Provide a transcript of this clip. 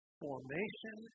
formation